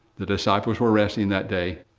the disciples were resting that day,